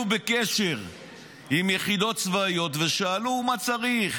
היו בקשר עם יחידות צבאיות ושאלו: מה צריך?